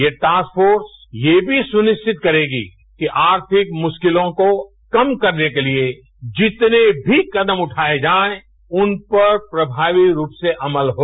यह task force यह भी सुनिश्चित करेगी कि आर्थिक मुश्किलों को कम करने के लिये जितने भी कदम रवाये जायें उन पर प्रमावी रूप से अमल हो